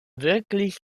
wirklich